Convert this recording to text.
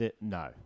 no